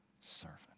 servant